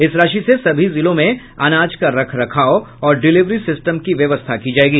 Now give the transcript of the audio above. इस राशि से सभी जिलों में अनाज का रखरखाव और डिलेवरी सिस्टम की व्यवस्था की जायेगी